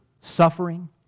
suffering